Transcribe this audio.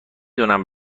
دونم